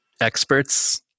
experts